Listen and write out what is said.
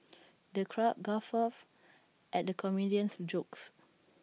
the crowd guffawed at the comedian's jokes